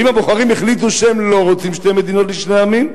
ואם הבוחרים החליטו שהם לא רוצים שתי מדינות לשני עמים,